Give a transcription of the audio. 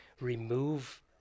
remove